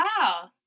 Wow